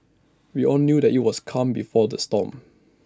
we all knew that IT was calm before the storm